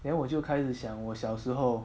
then 我就开始想我小时候